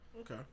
Okay